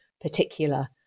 particular